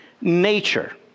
nature